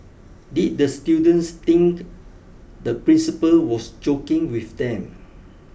did the students think the principal was joking with them